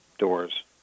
doors